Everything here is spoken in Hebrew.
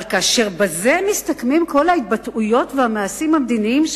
אבל כאשר בזה מסתכמים כל ההתבטאויות והמעשים המדיניים שלך,